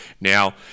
Now